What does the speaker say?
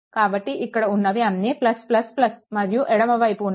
కాబట్టి ఇక్కడ ఉన్నవి అన్నీ మరియు ఎడమ వైపు ఉన్నవి